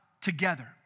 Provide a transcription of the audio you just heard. together